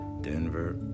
Denver